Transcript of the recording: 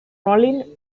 rollin